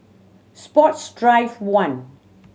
Sports Drive One